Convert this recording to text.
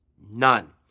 none